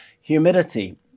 humidity